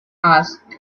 asked